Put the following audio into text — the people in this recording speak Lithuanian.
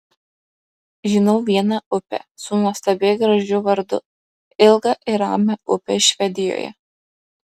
žinau vieną upę su nuostabiai gražiu vardu ilgą ir ramią upę švedijoje